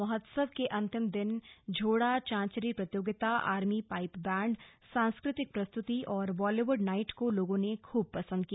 महोत्सव के अंतिम दिन झोड़ा चांचरी प्रतियोगिता आर्मी पाइप बैण्ड सांस्कृतिक प्रस्तुति और बालीवुड नाइट को लोगों ने खूब पसंद किया